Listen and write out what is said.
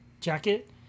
jacket